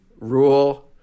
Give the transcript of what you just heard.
rule